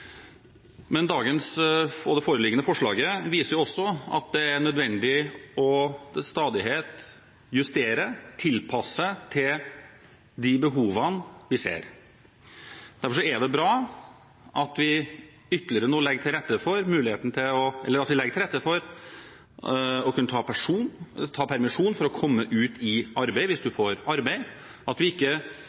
Det foreliggende forslaget i dag viser at det er nødvendig til stadighet å justere og tilpasse til de behovene vi ser. Derfor er det bra at vi legger til rette for muligheten til å kunne ta permisjon for å komme ut i arbeid, dersom en får arbeid – at ikke det beste blir det godes fiende, for å si det slik. Vi